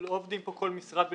שלא עובדים פה כל משרד בנפרד,